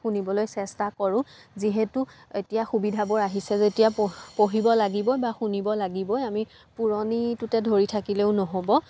শুনিবলৈ চেষ্টা কৰোঁ যিহেতু এতিয়া সুবিধাবোৰ আহিছে যেতিয়া পঢ় পঢ়িব লাগিবই বা শুনিব লাগিবই আমি পুৰণিটোতে ধৰি থাকিলেও নহ'ব